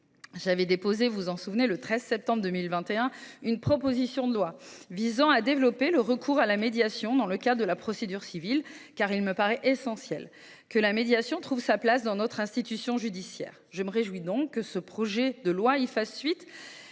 j’avais déposé une proposition de loi visant à développer le recours à la médiation dans le cadre de la procédure civile, car il me paraît essentiel que la médiation trouve sa place dans notre institution judiciaire. Je me réjouis donc que le projet de loi reprenne cette